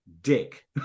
dick